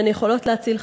והן יכולות להציל חיים.